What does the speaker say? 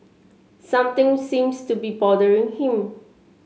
something seems to be bothering him